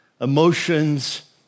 emotions